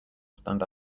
stand